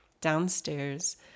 Downstairs